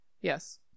yes